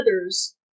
others